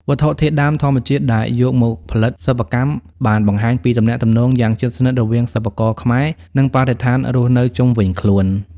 វត្ថុធាតុដើមធម្មជាតិដែលយកមកផលិតសិប្បកម្ម បានបង្ហាញពីទំនាក់ទំនងយ៉ាងជិតស្និទ្ធរវាងសិប្បករខ្មែរ និងបរិស្ថានរស់នៅជុំវិញខ្លួន។